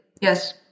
Yes